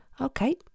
Okay